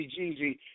Jeezy